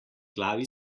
glavi